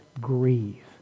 grieve